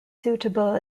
suitable